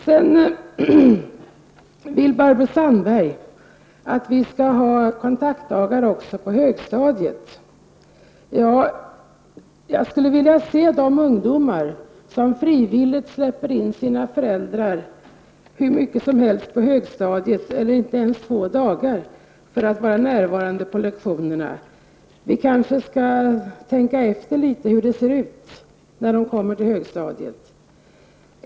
Sedan vill Barbro Sandberg att vi skall ha kontaktdagar också på högstadiet. Jag skulle vilja se de ungdomar på högstadiet som frivilligt låter sina föräldrar vara närvarande på lektionerna hur mycket som helst eller ens två dagar. Vi kanske skall tänka efter litet hur det ser ut när ungdomarna kommer till högstadiet.